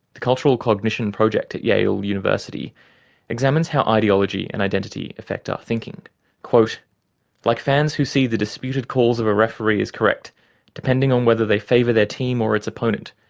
the cultural cognition project at yale university examines how ideology and identity affect our thinking like fans who see the disputed calls of a referee as correct depending on whether they favour their team or its opponent,